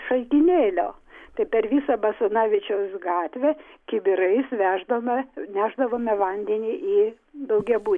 šaltinėlio tai per visą basanavičiaus gatvę kibirais veždama nešdavome vandenį į daugiabutį